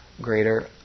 greater